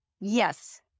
Yes